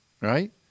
Right